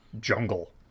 jungle